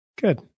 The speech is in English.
Good